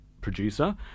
producer